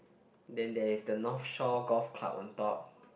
then there is the North Shore Golf Club on top